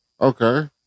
Okay